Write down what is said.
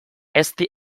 ezti